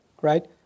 right